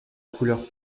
couleur